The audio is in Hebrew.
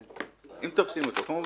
אם תופסים אותו כמובן,